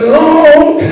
long